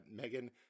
megan